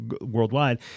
worldwide